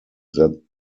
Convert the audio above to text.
that